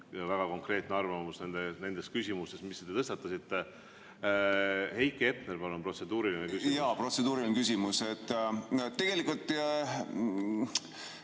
väga konkreetne arvamus nendes küsimustes, mis te tõstatasite. Heiki Hepner, palun, protseduuriline küsimus! Jaa, protseduuriline küsimus. Tegelikult